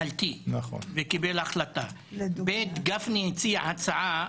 אחד ההצעה